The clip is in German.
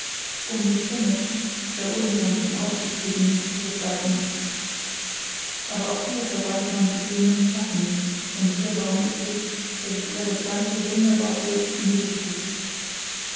um die zinne der unbegrenzten aussicht wegen zu besteigen aber auch hier verweilt man bequem im schatten denn dieser baum ist es der sich über das ganze wunderbar hoch in die luft hebt